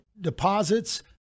deposits